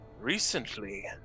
recently